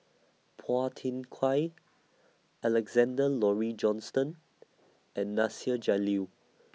Phua Thin Kiay Alexander Laurie Johnston and Nasir Jalil